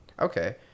Okay